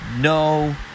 no